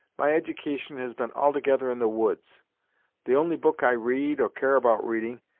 my edication has been altogether in the woods the only book i read, or care about reading,